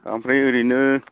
ओमफ्राय ओरैनो